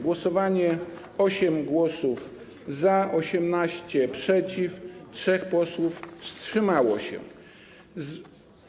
Głosowanie: 8 głosów - za, 18 - przeciw, 3 posłów wstrzymało się od głosu.